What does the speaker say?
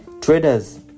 Traders